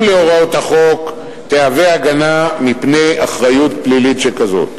להוראות החוק תהווה הגנה מפני אחריות פלילית שכזאת.